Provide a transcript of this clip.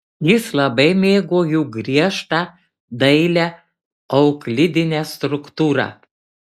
jis labai mėgo jų griežtą dailią euklidinę struktūrą